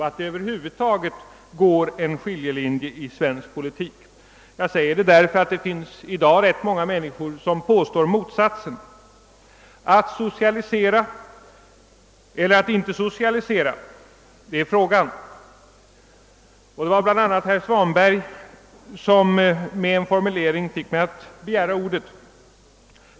Jag säger detta eftersom det i dag finns ganska många som påstår att det inte finns någon skiljelinje. Att socialisera eller att inte socialisera, det är frågan. Det var bl.a. herr Svanberg som med en fornulering fick mig att begära ordet.